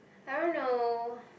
I don't know